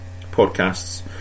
podcasts